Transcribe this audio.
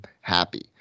happy